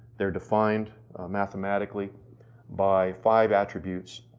they're defined mathematically by five attributes.